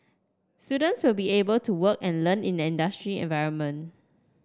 students will be able to work and learn in an industry environment